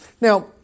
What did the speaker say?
Now